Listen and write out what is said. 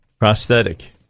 Prosthetic